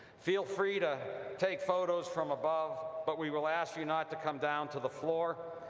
feel free to take photos from above, but we will ask you not to come down to the floor!